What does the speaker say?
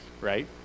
Right